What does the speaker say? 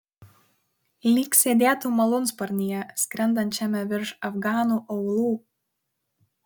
lyg sėdėtų malūnsparnyje skrendančiame virš afganų aūlų